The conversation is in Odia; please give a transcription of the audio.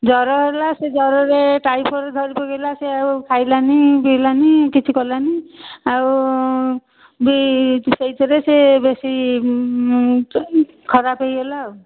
ଜ୍ଵର ହେଲା ସେ ଜ୍ଵରରେ ଟାଇଫଏଡ଼ ଧରି ପକେଇଲା ସେ ଆଉ ଖାଇଲାନି ପିଇଲାନି କିଛି କଲାନି ଆଉ ବି ସେଇଥିରେ ସେ ବେଶୀ ଖରାପ ହେଇଗଲା